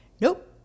nope